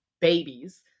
babies